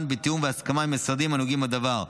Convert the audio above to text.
בתיאום והסכמה עם המשרדים הנוגעים בדבר,